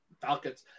Falcons